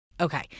Okay